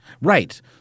Right